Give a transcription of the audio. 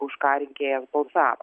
už ką rinkėjas pozavo